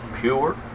pure